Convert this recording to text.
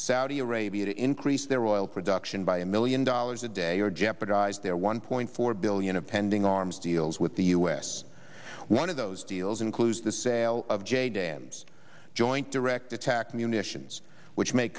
saudi arabia to increase their oil production by a million dollars a day or jeopardize their one point four billion of pending arms deals with the u s one of those deals includes the sale of j dams joint direct attack munitions which make